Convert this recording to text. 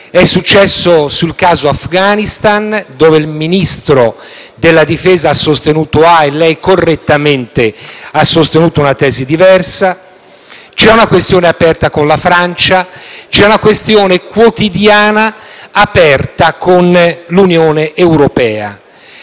È successo sul caso Afghanistan, dove il Ministro della difesa ha sostenuto una posizione e lei, correttamente, ha sostenuto una tesi diversa; c'è una questione aperta con la Francia; c'è una questione quotidiana aperta con l'Unione europea.